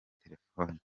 telefone